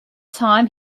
time